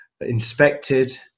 inspected